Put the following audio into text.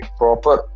proper